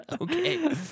Okay